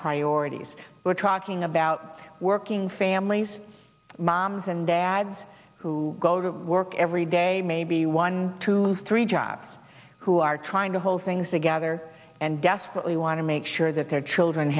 priorities we're talking about working families moms and dads who go to work every day maybe one two three jobs who are trying to hold things together and desperately want to make sure that their children